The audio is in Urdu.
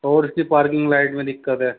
اور اس کی پارکنگ لائٹ میں دقت ہے